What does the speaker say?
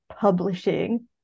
publishing